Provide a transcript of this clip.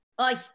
Oi